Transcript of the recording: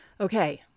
Okay